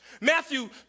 Matthew